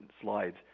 slides